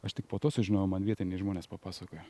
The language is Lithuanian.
aš tik po to sužinojau man vietiniai žmonės papasakojo